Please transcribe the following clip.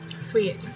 sweet